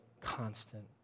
constant